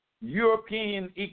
European